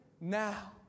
now